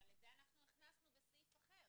אבל את זה אנחנו הכנסנו בסעיף אחר